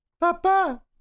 papa